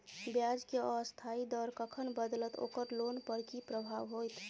ब्याज केँ अस्थायी दर कखन बदलत ओकर लोन पर की प्रभाव होइत?